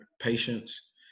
patients